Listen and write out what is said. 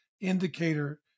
indicator